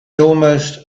almost